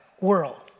world